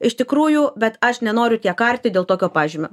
iš tikrųjų bet aš nenoriu tiek arti dėl tokio pažymio